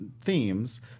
themes